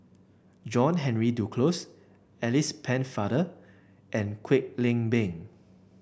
John Henry Duclos Alice Pennefather and Kwek Leng Beng